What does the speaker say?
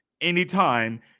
anytime